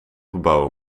gebouw